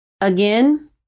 Again